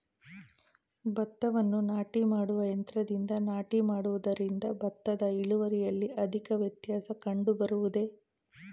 ಭತ್ತವನ್ನು ನಾಟಿ ಮಾಡುವ ಯಂತ್ರದಿಂದ ನಾಟಿ ಮಾಡುವುದರಿಂದ ಭತ್ತದ ಇಳುವರಿಯಲ್ಲಿ ಅಧಿಕ ವ್ಯತ್ಯಾಸ ಕಂಡುಬರುವುದೇ?